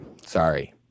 sorry